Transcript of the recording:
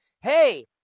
hey